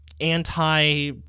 anti